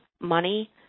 money